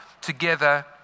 together